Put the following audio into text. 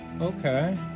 Okay